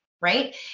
right